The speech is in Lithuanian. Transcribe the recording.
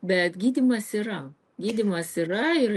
bet gydymas yra gydymas yra ir